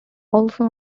also